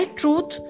truth